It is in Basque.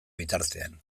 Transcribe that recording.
bitartean